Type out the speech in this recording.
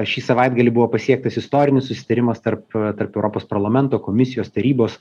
šį savaitgalį buvo pasiektas istorinis susitarimas tarp tarp europos parlamento komisijos tarybos